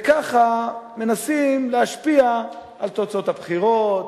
וככה מנסים להשפיע על תוצאות הבחירות.